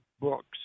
books